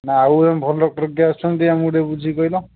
ନା ଆଉ ଜଣେ ଭଲ ଡକ୍ଟର କିଏ ଆସୁଛନ୍ତି ଆମକୁ ଟିକେ ବୁଝିକି କହିଲ